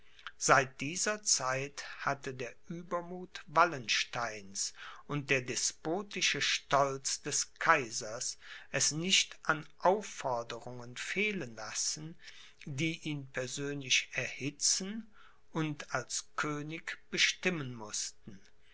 seit dieser zeit hatte der uebermuth wallensteins und der despotische stolz des kaisers es nicht an aufforderungen fehlen lassen die ihn persönlich erhitzen und als könig bestimmen mußten